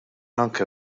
anke